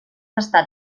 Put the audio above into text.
estat